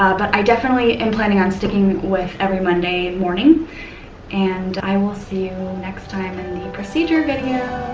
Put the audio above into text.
but i definitely am planning on sticking with every monday morning and i will see you next time in the procedure video!